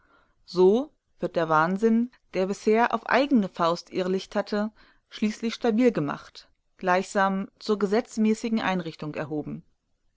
so wird der wahnsinn der bisher auf eigene faust irrlichterte schließlich stabil gemacht gleichsam zur gesetzmäßigen einrichtung erhoben